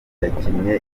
yakinnye